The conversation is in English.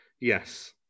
Yes